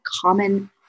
common